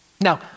Now